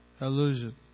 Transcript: illusion